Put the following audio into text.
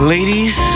Ladies